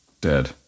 dead